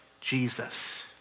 Jesus